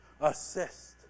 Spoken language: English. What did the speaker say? assist